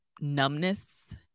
numbness